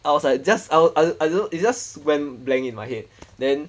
I was like just I I I don't know it just went blank in my head then